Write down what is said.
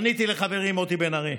פניתי לחברי מוטי בן ארי,